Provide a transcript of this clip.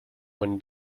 when